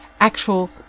actual